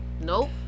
Nope